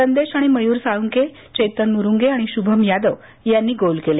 संदेश आणि मयुर साळूंके चेतन मुरुंगे आणि शुभम यादव यांनी गोल केले